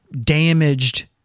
damaged